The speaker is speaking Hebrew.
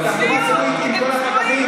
תחנות הדלק, הכול פתוח.